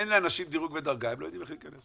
אין לאנשים דירוג ודרגה, הם לא יודעים איך להיכנס.